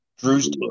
Drew's